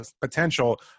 potential